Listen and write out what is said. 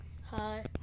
Hi